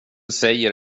säger